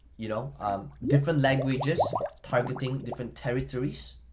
you know um different languages targeting different territories,